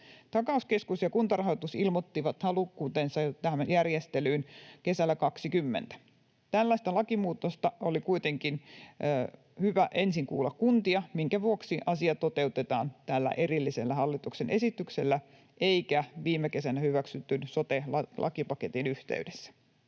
Takauskeskus ja Kuntarahoitus ilmoittivat halukkuutensa tähän järjestelyyn jo kesällä 20. Ennen tällaista lakimuutosta oli kuitenkin hyvä kuulla kuntia, minkä vuoksi asia toteutetaan tällä erillisellä hallituksen esityksellä eikä sitä toteutettu viime kesänä hyväksytyn sote-lakipaketin yhteydessä.